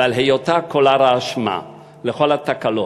ועל היותה קולר האשמה לכל התקלות.